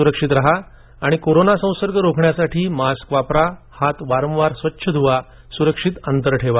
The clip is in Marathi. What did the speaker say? सुरक्षित राहा आणि कोरोना संसर्ग रोखण्यासाठी मास्क वापरा हात वारंवार स्वच्छ धुवा सुरक्षित अंतर ठेवा